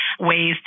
ways